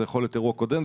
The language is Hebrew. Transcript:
זה יכול להיות אירוע קודם,